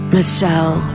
Michelle